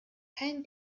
kein